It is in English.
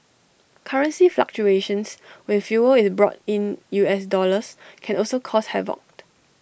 currency fluctuations when fuel is bought in U S dollars can also cause havoc